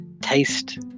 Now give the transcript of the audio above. taste